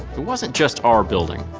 it wasn't just our building.